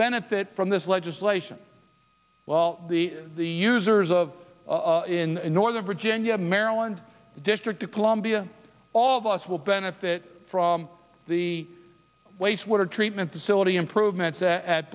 benefit from this legislation well the users of in northern virginia maryland district of columbia all of us will benefit from the waste water treatment facility improvements a